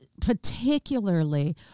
particularly